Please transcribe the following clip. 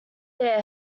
there